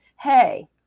hey